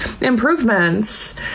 improvements